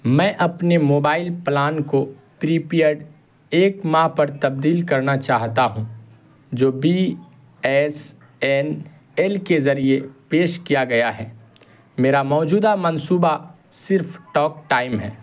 میں اپنے mobile plan کو پری پیڈ ایک ماہ پر تبدیل کرنا چاہتا ہوں جو بی ایس این ایل کے ذریعے پیش کیا گیا ہے میرا موجودہ منصوبہ صرف ٹاک ٹائم ہے